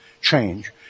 change